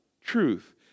truth